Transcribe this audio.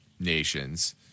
nations